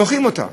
דוחים אותה.